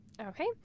Okay